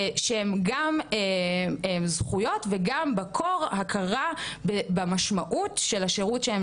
שהם גם זכויות וגם בתור הכרה המשמעות של השירות שהן